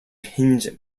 hinge